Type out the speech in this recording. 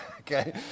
Okay